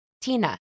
Tina